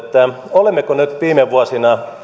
olemmeko nyt viime vuosina